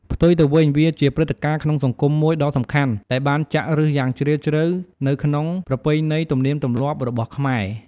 ផ្ទុយទៅវិញ វាជាព្រឹត្តិការណ៍ក្នុងសង្គមមួយដ៏សំខាន់ ដែលបានចាក់ឬសយ៉ាងជ្រាលជ្រៅនៅក្នុងប្រពៃណីទំនៀមទម្លាប់របស់ខ្មែរ។